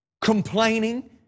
complaining